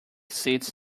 sits